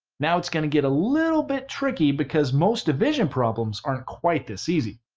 now it's gonna get a little bit tricky because most division problems aren't quite this easy,